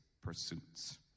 pursuits